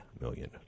million